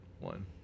one